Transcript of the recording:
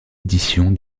édition